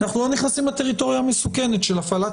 אנחנו לא נכנסים לטריטוריה המסוכנת של הפעלת